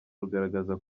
rugaragaza